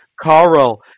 Carl